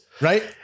Right